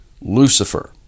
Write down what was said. lucifer